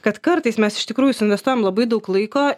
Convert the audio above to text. kad kartais mes iš tikrųjų suinvestuojam labai daug laiko